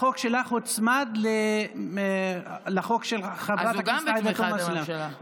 החוק שלך הוצמד לחוק של חברת הכנסת עאידה תומא סלימאן.